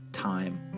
Time